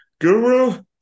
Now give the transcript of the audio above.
Guru